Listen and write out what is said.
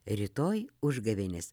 rytoj užgavėnės